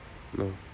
no